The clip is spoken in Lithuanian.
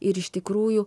ir iš tikrųjų